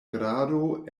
grado